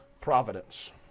Providence